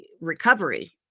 recovery